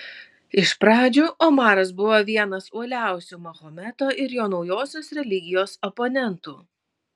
iš pradžių omaras buvo vienas uoliausių mahometo ir jo naujosios religijos oponentų